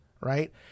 right